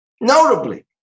notably